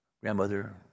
grandmother